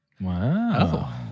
Wow